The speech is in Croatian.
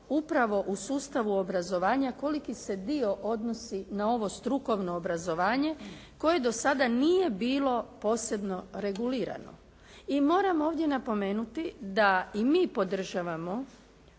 upravo u sustavu obrazovanja, koliki se dio odnosi na ovo strukovno obrazovanje koje do sada nije bilo posebno regulirano. I moram ovdje napomenuti da i mi podržavamo